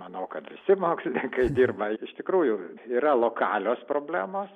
manau kad visi mokslininkai dirba iš tikrųjų yra lokalios problemos